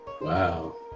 Wow